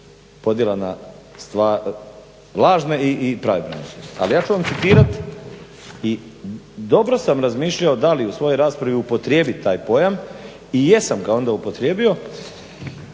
podjela na lažne i prave branitelje. Ali ja ću vam citirat i dobro sam razmišljao da li u svojoj raspravi upotrijebit taj pojam i jesam ga onda upotrijebio